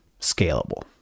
scalable